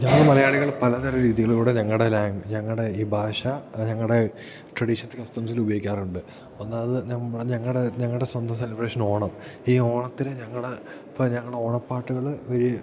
ഞങ്ങൾ മലയാളികൾ പലതര രീതികളിലൂടെ ഞങ്ങളുടെ ലാംഗ് ഞങ്ങളുടെ ഈ ഭാഷ ഞങ്ങളുടെ ട്രഡീഷൻസ് കസ്റ്റംസിലുപയോയിക്കാറുണ്ട് ഒന്നാമത് ഞങ്ങളുടെ ഞങ്ങളുടെ സ്വന്തം സെലിബ്രേഷൻ ഓണം ഈ ഓണത്തിന് ഞങ്ങള് ഇപ്പം ഞങ്ങൾ ഓണപ്പാട്ടുകൾ ഒര്